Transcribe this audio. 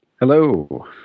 Hello